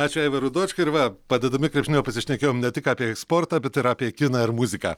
ačiū aivarui dočkai ir va padedami krepšinio pasišnekėjom ne tik apie sportą bet ir apie kiną ir muziką